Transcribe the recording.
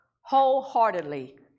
wholeheartedly